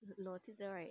我记得 right